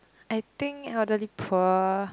I think elderly poor